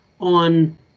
on